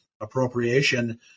appropriation